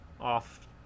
off